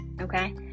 okay